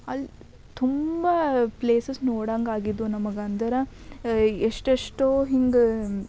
ಅಲ್ಲಿ ತುಂಬ ಪ್ಲೇಸಸ್ ನೋಡಂಗಾಗಿದ್ವು ನಮಗಂದ್ರೆ ಎಷ್ಟೆಷ್ಟೋ ಹಿಂಗೆ